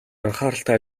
анхааралтай